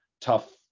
tough